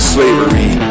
Slavery